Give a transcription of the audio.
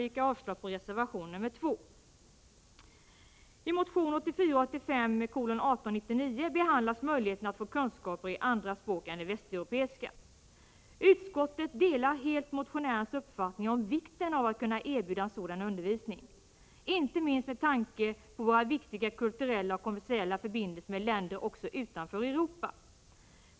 I motion 1984/85:1899 behandlas möjligheten att få kunskaper i andra språk än de västeuropeiska. Utskottet delar helt motionärens uppfattning om vikten av att kunna erbjuda sådan undervisning, inte minst med tanke på våra viktiga kulturella och kommersiella förbindelser med länder också utanför Europa.